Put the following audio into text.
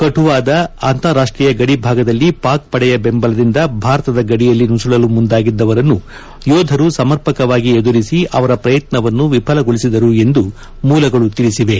ಕಥುವಾದ ಅಂತಾರಾಷ್ಷೀಯ ಗಡಿಭಾಗದಲ್ಲಿ ಪಾಕ್ಪಡೆಯ ಬೆಂಬಲದಿಂದ ಭಾರತದ ಗಡಿಯಲ್ಲಿ ನುಸುಳಲು ಮುಂದಾಗಿದ್ದವರನ್ನು ಯೋಧರು ಸಮರ್ಪಕವಾಗಿ ಎದುರಿಸಿ ಅವರ ಪ್ರಯತ್ನವನ್ನು ವಿಫಲಗೊಳಿಸಿದರು ಎಂದು ಮೂಲಗಳು ತಿಳಿಸಿವೆ